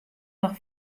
noch